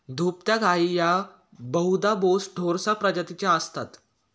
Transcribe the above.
दुभत्या गायी या बहुधा बोस टोरस प्रजातीच्या असतात